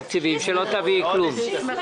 בחוק ובתקנות על בסיס פרמטר אחד בלבד,